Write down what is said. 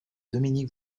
dominique